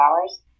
hours